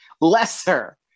lesser